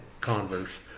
converse